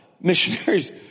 missionaries